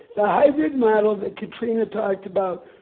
the hybrid model that katrina talked about,